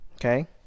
okay